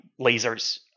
lasers